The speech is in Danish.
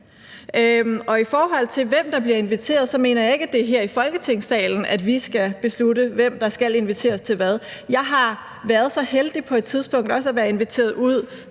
Og i forhold til hvem der bliver inviteret, mener jeg ikke, at det er her i Folketingssalen, vi skal beslutte, hvem der skal inviteres til hvad. Jeg har været så heldig på et tidspunkt også at være inviteret ud